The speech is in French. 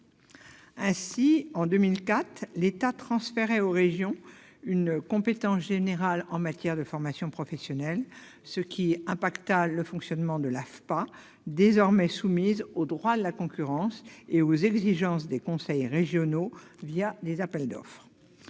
Ainsi, en 2004, l'État transférait aux régions une compétence générale en matière de formation professionnelle, ce qui impacta le fonctionnement de l'AFPA, désormais soumise au droit de la concurrence et aux exigences des conseils régionaux, des appels d'offres.